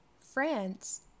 France